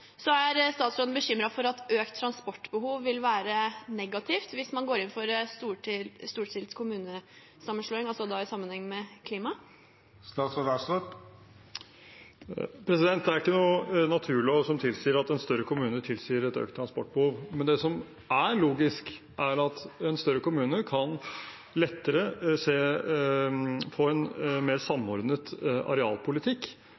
Er statsråden bekymret for at økt transportbehov vil være negativt hvis man går inn for en storstilt kommunesammenslåing, altså da i sammenheng med klima? Det er ingen naturlov som sier at en større kommune tilsier et økt transportbehov. Men det som er logisk, er at en større kommune lettere kan få en mer